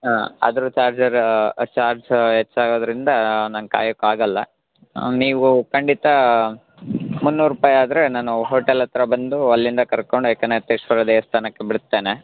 ಹಾಂ ಅದ್ರ ಚಾರ್ಜರ ಚಾರ್ಜು ಹೆಚ್ಚಾಗದ್ರಿಂದ ನಂಗೆ ಕಾಯಕ್ಕೆ ಆಗೋಲ್ಲ ನೀವು ಖಂಡಿತ ಮುನ್ನೂರು ರೂಪಾಯಿ ಆದರೆ ನಾನು ಹೋಟೆಲ್ ಹತ್ತಿರ ಬಂದು ಅಲ್ಲಿಂದ ಕರ್ಕೊಂಡು ಏಕನಾಥೇಶ್ವರ ದೇವಸ್ಥಾನಕ್ಕೆ ಬಿಡ್ತೇನೆ